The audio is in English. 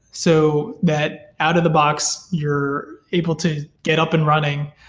so that out of the box you're able to get up and running.